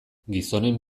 gizonen